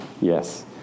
Yes